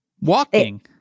walking